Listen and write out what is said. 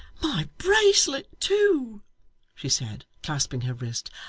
my bracelet too she said, clasping her wrist.